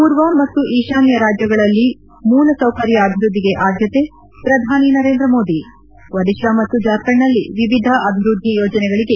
ಪೂರ್ವ ಮತ್ತು ಈಶಾನ್ನ ರಾಜ್ಯಗಳಲ್ಲಿ ಮೂಲಸೌಕರ್ಯ ಅಭಿವೃದ್ಲಿಗೆ ಆದ್ಯತೆ ಪ್ರಧಾನಿ ನರೇಂದ್ರ ಮೋದಿ ಒಡಿಶಾ ಮತ್ತು ಜಾರ್ಖಂಡ್ನಲ್ಲಿ ವಿವಿಧ ಅಭಿವೃದ್ಧಿ ಯೋಜನೆಗಳಿಗೆ ಪ್ರಧಾನಿ ಚಾಲನೆ